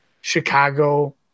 Chicago